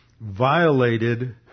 violated